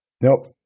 Nope